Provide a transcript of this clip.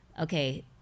okay